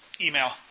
email